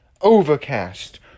Overcast